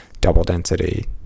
double-density